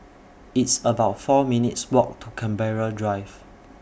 It's about four minutes' Walk to Canberra Drive